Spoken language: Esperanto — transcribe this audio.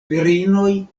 virinoj